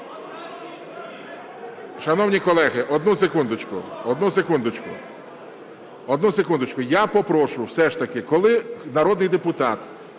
Шановні колеги, одну секундочку, одну секундочку. Я попрошу все ж таки, коли народний депутат